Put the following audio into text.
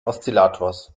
oszillators